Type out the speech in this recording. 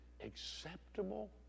acceptable